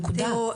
נקודה.